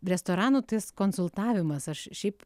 restoranų tas konsultavimas aš šiaip